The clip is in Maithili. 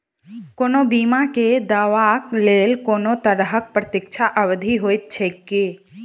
कोनो बीमा केँ दावाक लेल कोनों तरहक प्रतीक्षा अवधि होइत छैक की?